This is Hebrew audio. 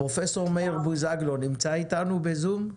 פרופ' מאיר בוזגלו נמצא אתנו בזום?